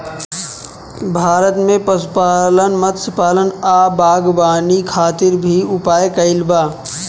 भारत में पशुपालन, मत्स्यपालन आ बागवानी खातिर भी उपाय कइल बा